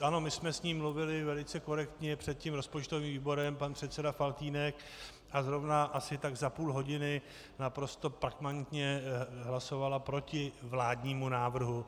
Ano, my jsme s ní mluvili velice korektně před rozpočtovým výborem, pan předseda Faltýnek, a zrovna asi tak za půl hodiny naprosto hlasovala proti vládnímu návrhu.